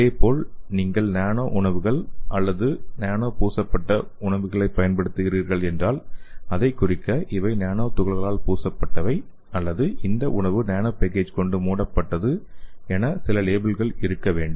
இதேபோல் நீங்கள் நானோ உணவுகள் அல்லது நானோ பூசப்பட்ட உணவைப் பயன்படுத்துகிறீர்கள் என்றால் இதைக் குறிக்க 'இவை நானோ துகள்களால் பூசப்பட்டவை' அல்லது 'இந்த உணவு நானோ பேக்கேஜ் கொண்டு மூடப்பட்டது' என சில லேபிள்கள் இருக்க வேண்டும்